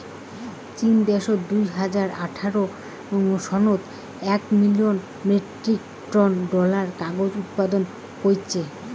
চীন দ্যাশত দুই হাজার আঠারো সনত একশ মিলিয়ন মেট্রিক টন ডলারের কাগজ উৎপাদন কইচ্চে